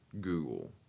Google